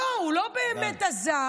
לא, הוא לא באמת עזב,